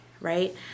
right